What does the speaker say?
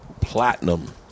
Platinum